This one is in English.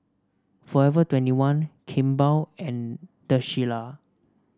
Forever twenty one Kimball and The Shilla